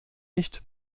nicht